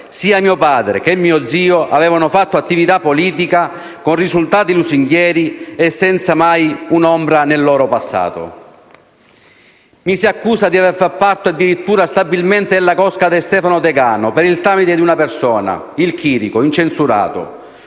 sia mio padre che mio zio hanno fatto attività politica con risultati lusinghieri e senza mai un'ombra nel loro passato? Mi si accusa di aver fatto parte, addirittura stabilmente, della cosca De Stefano Tegano, per il tramite di una persona, il Chirico, incensurato,